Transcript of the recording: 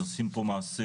אתם עושים פה מעשה